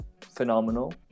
phenomenal